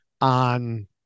on